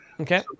Okay